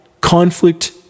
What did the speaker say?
conflict